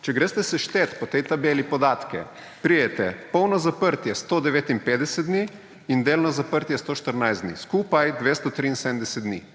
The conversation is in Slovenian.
Če seštejete po tej tabeli podatke, je bilo polno zaprtje 159 dni in delno zaprtje 114 dni, skupaj 273 dni.